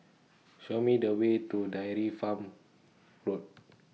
Show Me The Way to Dairy Farm Road